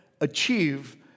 achieve